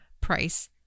price